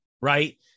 Right